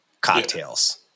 cocktails